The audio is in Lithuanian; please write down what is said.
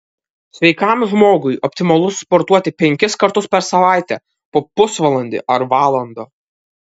sveikam žmogui optimalu sportuoti penkis kartus per savaitę po pusvalandį ar valandą